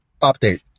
update